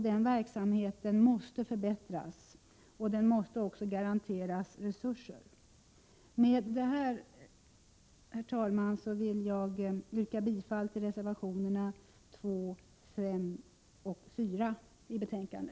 Den verksamheten måste förbättras, och den måste också garanteras resurser. Med det anförda vill jag, herr talman, yrka bifall till reservationerna nr 2, 4 och 5 i konstitutionsutskottets betänkande.